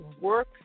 work